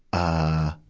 ah,